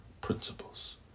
principles